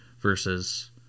versus